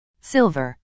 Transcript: Silver